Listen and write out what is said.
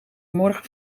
morgen